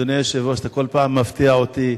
אדוני היושב-ראש, אתה כל פעם מפתיע אותי,